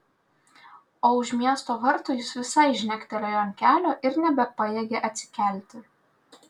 o už miesto vartų jis visai žnektelėjo ant kelio ir nebepajėgė atsikelti